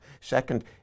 Second